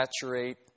saturate